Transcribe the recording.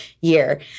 year